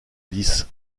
lys